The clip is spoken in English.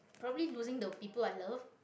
probably losing the people i love